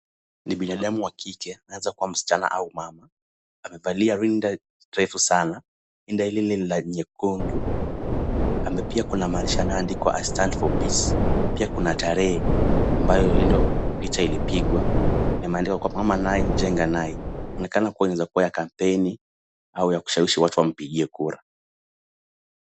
Ni binadamu wa kike, anaweza kuwa msichana au mama, amevalia rinda refu sana. Rinda hili ni la nyekundu pia kuna maandishi yanaoyoandikwa I stand for peace pia kuna tarehe ambayo hilo picha ilipigwa na imeandikwa "mama naye jenga naye". Inaonekana kuwa inaweza kuwa ya kampeni au ya kushawishi watu wampigie kura.